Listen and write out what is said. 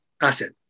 asset